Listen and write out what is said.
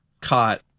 caught